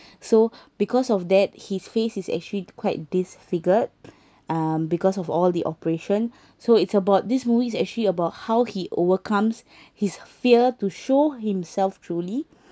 so because of that his face is actually quite disfigured um because of all the operation so it's about this movie is actually about how he overcomes his fear to show himself truly